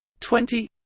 twenty